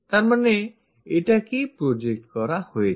তার মানে এটাকেই project করা হয়েছে